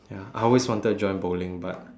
ya I always wanted to join bowling but